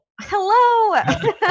Hello